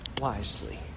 wisely